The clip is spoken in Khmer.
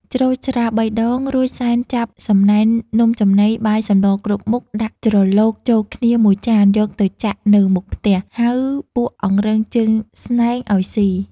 ច្រូចស្រា៣ដងរួចសែនចាប់សំណែននំចំណី បាយសម្លរគ្រប់មុខ ដាក់ច្រឡូកចូលគ្នាមួយចាន យកទៅចាក់នៅមុខផ្ទះ ហៅពួកអង្រឹងជើងស្នែងឱ្យស៊ី។